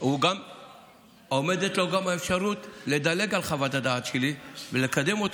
גם עומדת לו אפשרות לדלג על חוות הדעת שלי ולקדם אותה,